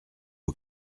aux